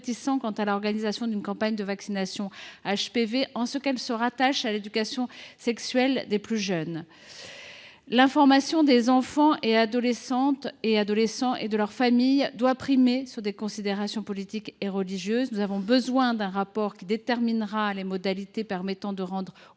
quant à l’organisation d’une campagne de vaccination HPV, en ce qu’elle se rattache à l’éducation sexuelle des plus jeunes. L’information des enfants, des adolescentes et des adolescents et de leurs familles doit primer sur des considérations politiques et religieuses. Nous avons besoin d’un rapport qui déterminera les modalités permettant de rendre